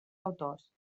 autors